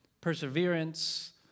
perseverance